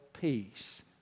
peace